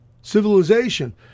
civilization